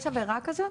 יש עבירה כזו?